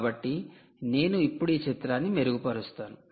కాబట్టి నేను ఇప్పుడు ఈ చిత్రాన్ని మెరుగుపరుస్తాను